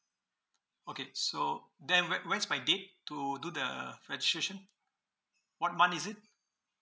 okay so then when when is my date to do the registration what month is it